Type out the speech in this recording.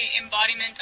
embodiment